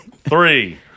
Three